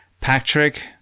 Patrick